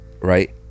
Right